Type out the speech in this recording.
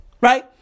right